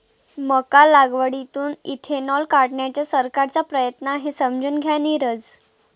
मका लागवडीतून इथेनॉल काढण्याचा सरकारचा प्रयत्न आहे, समजून घ्या नीरज